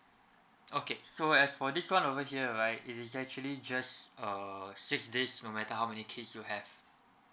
okay so as for this one over here right it is actually just err six days no matter how many kids you have